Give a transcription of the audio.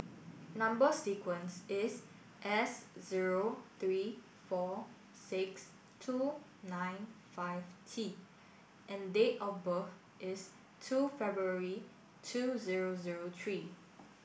number sequence is S zero three four six two nine five T and date of birth is two February two zero zero three